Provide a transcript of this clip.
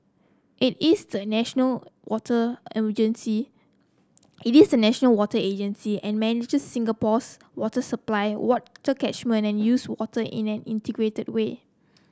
it is the national water agency it is the national water agency and manages Singapore's water supply water catchment and used water in an integrated way